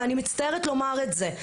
ואני מצטערת לומר את זה,